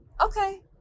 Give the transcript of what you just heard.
okay